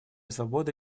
свобода